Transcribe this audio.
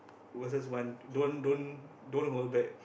versus one don't don't don't hold back